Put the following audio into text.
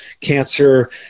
cancer